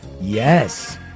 yes